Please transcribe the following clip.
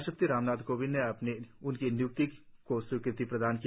राष्ट्रपति रामनाथ कोविंद ने उनकी निय्क्ति को स्वीकृति प्रदान की